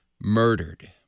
murdered